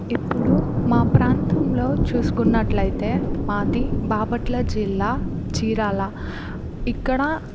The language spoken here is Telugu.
ఇప్పుడు మా ప్రాంతంలో చూసుకున్నట్టు అయితే మాది బాపట్ల జిల్లా చీరాల ఇక్కడ